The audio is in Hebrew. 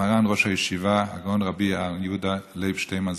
מרן ראש הישיבה הגאון רבי אהרן יהודה לייב שטינמן,